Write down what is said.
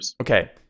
okay